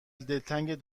دلتنگ